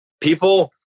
people